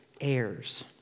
heirs